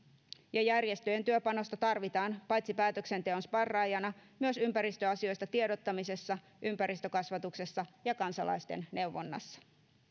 järjestöjen työpanosta tarvitaan paitsi päätöksenteon sparraajana myös ympäristöasioista tiedottamisessa ympäristökasvatuksessa ja kansalaisten neuvonnassa